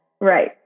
Right